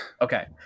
Okay